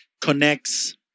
connects